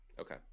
Okay